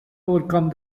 overcome